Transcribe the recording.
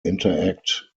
interact